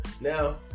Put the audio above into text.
Now